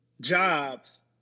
jobs